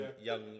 Young